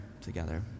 together